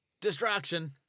distraction